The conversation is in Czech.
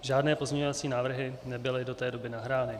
Žádné pozměňovací návrhy nebyly do té doby nahrány.